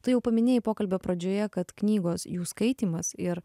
tu jau paminėjai pokalbio pradžioje kad knygos jų skaitymas ir